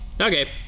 Okay